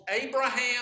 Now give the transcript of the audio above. Abraham